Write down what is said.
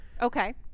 Okay